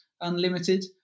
unlimited